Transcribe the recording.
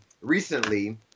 recently